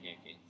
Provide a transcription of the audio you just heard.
okay